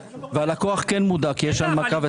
הלקוח כן מודע כי יש הנמקה.